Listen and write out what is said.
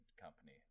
company